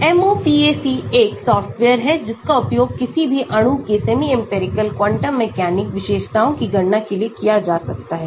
MOPAC एक software है जिसका उपयोग किसी भी अणु के सेमी इंपिरिकल क्वांटम मैकेनिक विशेषताओं की गणना के लिए किया जा सकता है